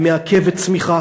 היא מעכבת צמיחה.